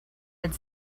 had